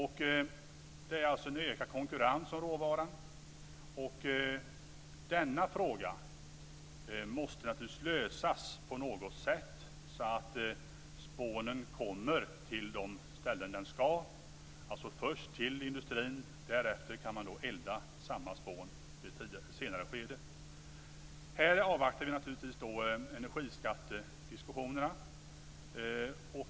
Det är alltså en ökad konkurrens om råvaran. Denna fråga måste naturligtvis lösas på något sätt så att spånen kommer till de ställen den ska, alltså först till industrin. Därefter kan man elda samma spån vid ett senare skede. Här avvaktar vi naturligtvis enerigskattediskussionerna.